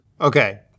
Okay